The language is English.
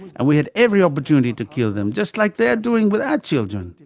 and we had every opportunity to kill them, just like they are doing with our children.